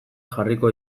jarriko